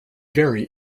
vary